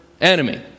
enemy